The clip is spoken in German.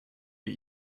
wir